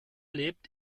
lebt